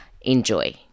enjoy